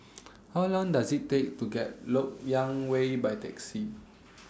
How Long Does IT Take to get to Lok Yang Way By Taxi